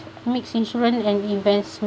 mix insurance and